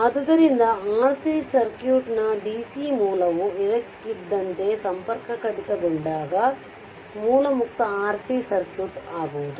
ಆದ್ದರಿಂದ RC ಸರ್ಕ್ಯೂಟ್ನ dc ಮೂಲವು ಇದ್ದಕ್ಕಿದ್ದಂತೆ ಸಂಪರ್ಕ ಕಡಿತಗೊಂಡಾಗ ಮೂಲ ಮುಕ್ತ RC ಸರ್ಕ್ಯೂಟ್ ಆಗುವುದು